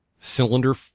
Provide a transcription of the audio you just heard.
cylinder